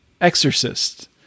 exorcist